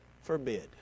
forbid